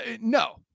no